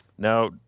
Now